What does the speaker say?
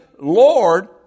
Lord